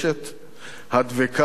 הדבקה באדמתה,